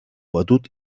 batut